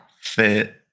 fit